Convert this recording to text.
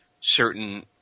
certain